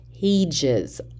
PAGES